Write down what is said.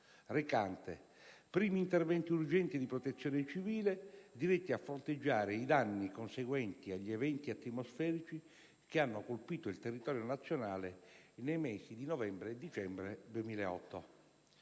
recante «Primi interventi urgenti di protezione civile diretti a fronteggiare i danni conseguenti agli eventi atmosferici che hanno colpito il territorio nazionale nei mesi di novembre e dicembre 2008».